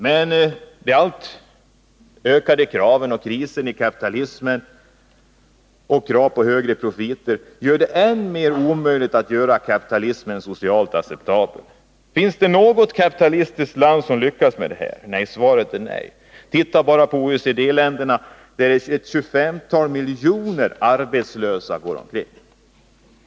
Men de allt större kraven och krisen inom kapitalismen samt kraven på högre profiter gör det än mer omöjligt att göra kapitalismen socialt acceptabel. Finns det något kapitalistiskt land som lyckats med detta? Svaret är nej. Titta bara på OECD-länderna, där det finns ett tjugofemtal miljoner arbetslösa!